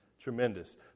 tremendous